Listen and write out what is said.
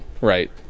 right